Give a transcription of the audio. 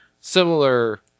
similar